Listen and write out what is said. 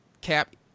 cap